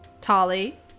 Tali